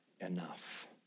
Enough